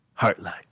Heartlight